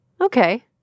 Okay